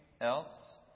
else